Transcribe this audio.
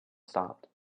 stopped